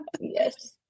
yes